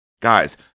Guys